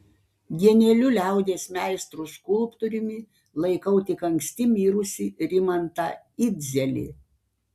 genialiu liaudies meistru skulptoriumi laikau tik anksti mirusį rimantą idzelį